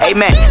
Amen